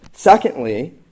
Secondly